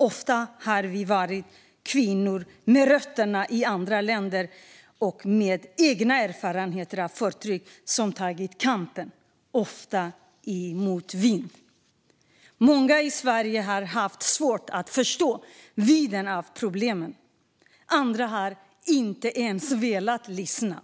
Ofta har det varit vi kvinnor med rötter i andra länder och med egna erfarenheter av förtryck som tagit kampen och ofta i motvind. Många i Sverige har haft svårt att förstå vidden av problemen. Andra har inte ens velat lyssna.